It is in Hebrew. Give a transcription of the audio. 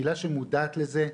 קהילה שמודעת לזה,